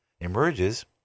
emerges